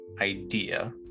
idea